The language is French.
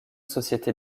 société